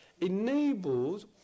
enables